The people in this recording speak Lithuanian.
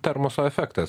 termoso efektas